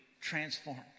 transformed